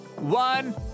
One